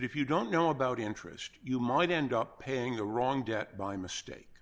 if you don't know about interest you might end up paying the wrong debt by mistake